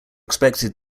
expected